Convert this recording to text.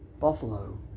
Buffalo